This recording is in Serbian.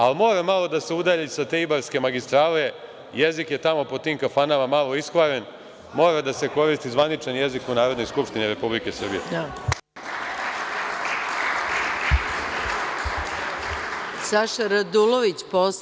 Ali, mora malo da se udalji sa te Ibarske magistrale, jezik je tamo po tim kafanama malo iskvaren, mora da se koristi zvanični jezik u Narodnoj skupštini Republike Srbije. (Boško Obradović, s mesta: Replika.